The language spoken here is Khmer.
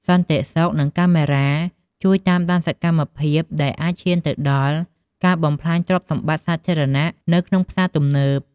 សន្តិសុខ និងកាមេរ៉ាជួយតាមដានសកម្មភាពដែលអាចឈានទៅដល់ការបំផ្លាញទ្រព្យសម្បត្តិសាធារណៈនៅក្នុងផ្សារទំនើប។